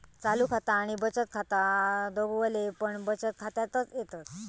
चालू खाता आणि बचत खाता दोघवले पण बचत खात्यातच येतत